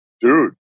dude